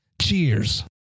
Cheers